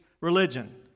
religion